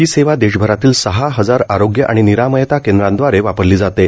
ही सेवा देशभरातील सहा हजार आरोग्य आणि निरामयता केंद्रांद्वारे वापरली जाते